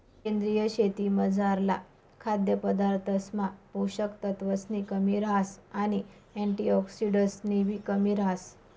सेंद्रीय शेतीमझारला खाद्यपदार्थसमा पोषक तत्वसनी कमी रहास आणि अँटिऑक्सिडंट्सनीबी कमी रहास